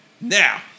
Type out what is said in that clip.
Now